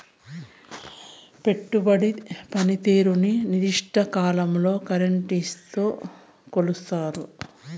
పెట్టుబడి పనితీరుని నిర్దిష్ట కాలంలో కరెన్సీతో కొలుస్తారు